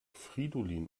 fridolin